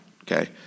Okay